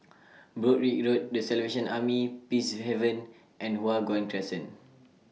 Broadrick Road The Salvation Army Peacehaven and Hua Guan Crescent